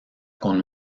con